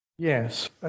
Yes